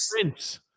prince